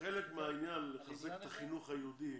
חלק מהעניין בחיזוק החינוך היהודי